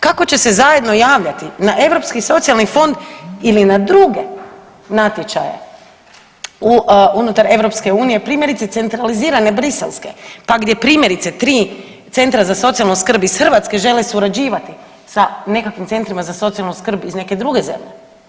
Kako će se zajedno javljati na Europski socijalni fond ili na druge natječaje unutar EU, primjerice centralizirane briselske pa gdje primjerice tri centra za socijalnu skrb iz Hrvatske žele surađivati sa nekakvim centrima za socijalnu skrb iz neke druge zemlje?